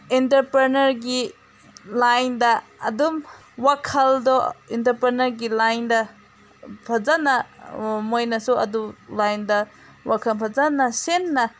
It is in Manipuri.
ꯑꯦꯟꯇꯔꯄꯦꯅꯔꯒꯤ ꯂꯥꯏꯟꯗ ꯑꯗꯨꯝ ꯋꯥꯈꯜꯗꯣ ꯑꯦꯟꯇꯔꯄꯦꯅꯔꯒꯤ ꯂꯥꯏꯟꯗ ꯐꯖꯅ ꯃꯣꯏꯅꯁꯨ ꯑꯗꯨ ꯂꯥꯏꯟꯗ ꯋꯥꯍꯜ ꯐꯖꯅ ꯁꯦꯝꯅ